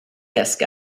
desk